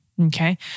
Okay